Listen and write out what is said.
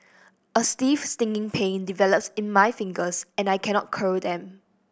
a stiff stinging pain develops in my fingers and I cannot curl them